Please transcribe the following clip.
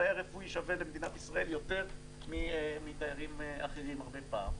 תייר רפואי שווה למדינת ישראל יותר מתיירים אחרים הרבה פעמים.